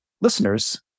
listeners